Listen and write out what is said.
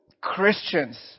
Christians